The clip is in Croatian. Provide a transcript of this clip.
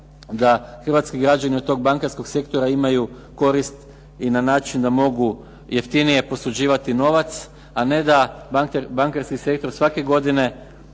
da hrvatski građani od tog bankarskog sektora imaju korist i na način da mogu jeftinije posuđivati novac, a ne da bankarski sektor svake godine